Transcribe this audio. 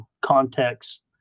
Context